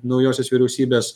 naujosios vyriausybės